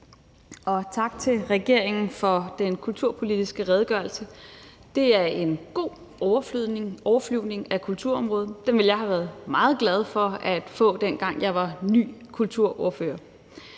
og tak til regeringen for den kulturpolitiske redegørelse. Det er en god overflyvning af kulturområdet. Den ville jeg have været meget glad for at få, dengang jeg var ny kulturordfører.